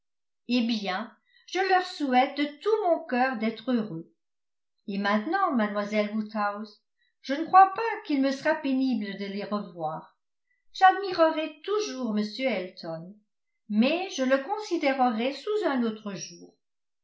eh bien je leur souhaite de tout mon cœur d'être heureux et maintenant mlle woodhouse je ne crois pas qu'il me sera pénible de les revoir j'admirerais toujours m elton mais je le considérerai sous un autre jour